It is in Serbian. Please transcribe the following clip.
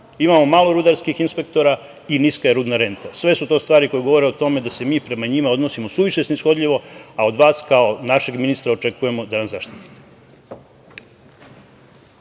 Imamo malo rudarskih inspektora i niska je rudna renta. Sve su to stvari koje govore o tome da se mi prema njima odnosimo suviše snishodljivo, a od vas kao od našeg ministra očekujemo da nas zaštitite.